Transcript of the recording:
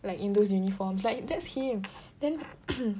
like in those uniforms like that's him then